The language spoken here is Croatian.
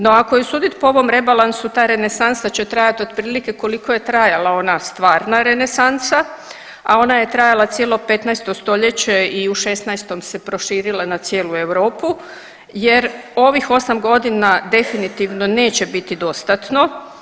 No ako je sudit po ovom rebalansu ta renesansa će trajat otprilike koliko je trajala ona stvarna renesansa, a ona je trajala cijelo 15. stoljeće i u 16. se proširila na cijelu Europu jer ovih 8.g. definitivno neće biti dostatno.